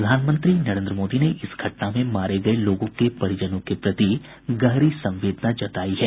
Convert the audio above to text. प्रधानमंत्री नरेन्द्र मोदी ने इस घटना में मारे गये लोगों के परिजनों के प्रति गहरी संवेदना जतायी है